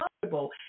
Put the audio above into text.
comfortable